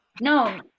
No